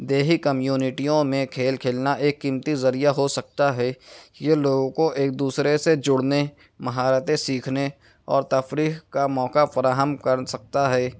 دیہی کمیونٹیوں میں کھیل کھیلنا ایک قیمتی ذریعہ ہو سکتا ہے یہ لوگوں کو ایک دوسرے سے جڑنے مہارتیں سیکھنے اور تفریح کا موقع فراہم کر سکتا ہے